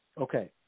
Okay